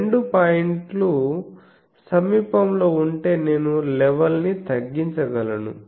ఈ 2 పాయింట్లు సమీపంలో ఉంటే నేను లెవెల్ని తగ్గించగలను